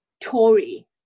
Tory